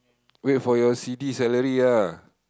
wait for your salary ah